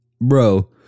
Bro